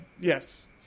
Yes